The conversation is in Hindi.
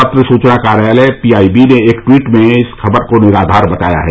पत्र सूचना कार्यालय पी आई बी ने एक टवीट् में इस खबर को निराधार बताया है